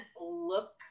look